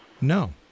No